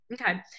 Okay